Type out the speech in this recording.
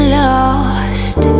lost